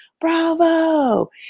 bravo